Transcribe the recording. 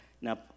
Now